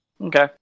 Okay